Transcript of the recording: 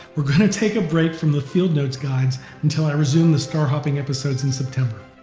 we're going to take a break from the field notes guides until i resume the star hopping episodes in september.